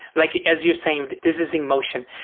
like as you're saying, this is in motion.